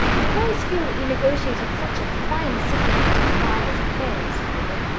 the boys feel that you negotiated such a fine settlement of father's affairs for them,